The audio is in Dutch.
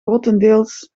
grotendeels